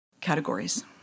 categories